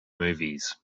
movies